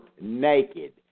naked